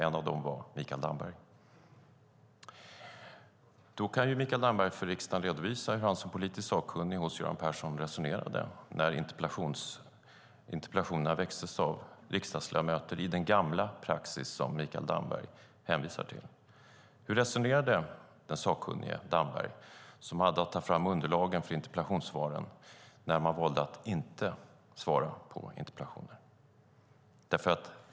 En av dem var Mikael Damberg. Då kan ju Mikael Damberg för riksdagen redovisa hur han som politiskt sakkunnig hos Göran Persson resonerade när interpellationerna ställdes av riksdagsledamöter med den gamla praxis som Mikael Damberg hänvisar till. Hur resonerade den sakkunnige Damberg, som hade att ta fram underlagen för interpellationssvaren, när man valde att inte svara på interpellationer?